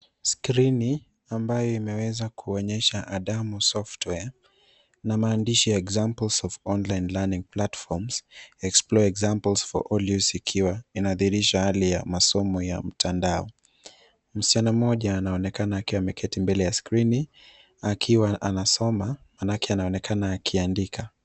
Skrini ambayo imeweza kuonyesha Adamu Software na maandishi ya examples of online learning platforms explore examples for all use ikiwa inadhihirisha hali ya masomo ya mtandao. Msichana mmoja anaonekana akiwa ameketi mbele ya skrini akiwa anasoma, maanake anaonekana akiandika.